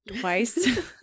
twice